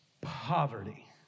poverty